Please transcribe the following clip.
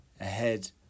ahead